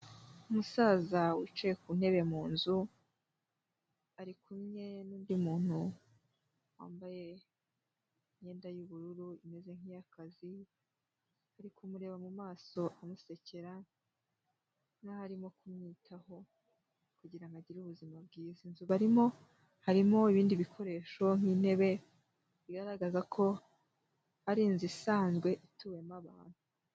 Umusaza wicaye ku ntebe munzu, arikumwe n'undi muntu wambaye imyenda y'ubururu, imeze nk'iy'akazi, ari kumureba mumaso amusekera, nkaho arimo kumwitaho. Kugira ngo agire ubuzima bwiza. Inzu barimo, harimo ibindi bikoresho nk'intebe, bigaragaza ko ari inzu isanzwe, ituwemo abantu.